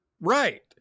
right